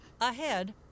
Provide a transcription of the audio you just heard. ahead